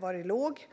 varit låg.